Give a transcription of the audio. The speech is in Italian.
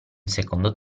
secondo